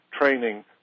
training